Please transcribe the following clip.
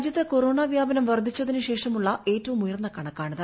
രാജ്യത്ത് കൊറോണ വ്യാപനം വർധിച്ചതിന് ശേഷമുള്ള ഏറ്റവും ഉയർന്ന കണക്കാണിത്